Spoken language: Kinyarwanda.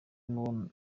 n’uwo